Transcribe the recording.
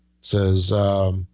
Says